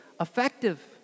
effective